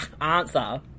answer